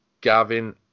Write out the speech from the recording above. Gavin